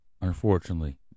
unfortunately